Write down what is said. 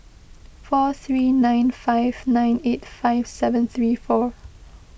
four three nine five nine eight five seven three four